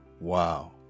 wow